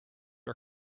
are